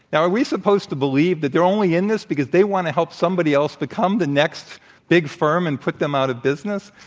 now, are we supposed to believe that they're only in this because they want to help somebody else become the next big firm and put them out of business?